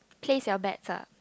place your bets ah